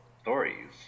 stories